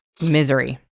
Misery